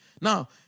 Now